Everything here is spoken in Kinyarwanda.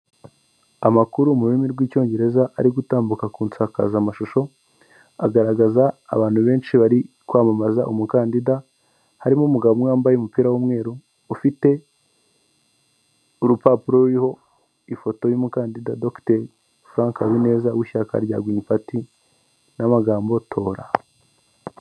Amakuru murimi rw'icyongereza ari gutambuka kunsakazamashusho agaragaza abantu benshi bari kwamamaza umukandida harimo umugabo umwe wambaye umupira w'umweru ufite urupapuro ruriho ifoto y'umukandida dr frank Habineza w'ishyaka rya girini pati n'amagambo tora.